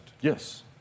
Yes